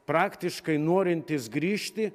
praktiškai norintys grįžti